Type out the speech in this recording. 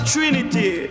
Trinity